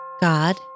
God